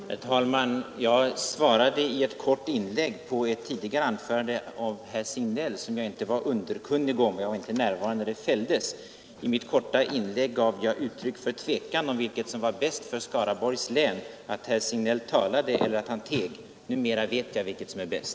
Herr talman! Jag svarade i ett kort inlägg på ett tidigare yttrande med kritik mot mig av herr Signell som jag inte var underkunnig om — jag var inte närvarande i kammaren när det fälldes. I mitt inlägg gav jag uttryck för tvekan om vilket som var bäst för Skaraborgs län: att herr Signell talade eller att han teg. Numera vet jag vilket som är bäst!